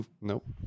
Nope